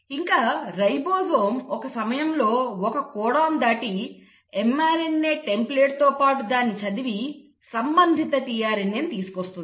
ఇంకా రైబోజోమ్ ఒక సమయంలో ఒక కోడాన్ను దాటి mRNA టెంప్లేట్తో పాటు దానిని చదివి సంబంధిత tRNAని తీసుకువస్తుంది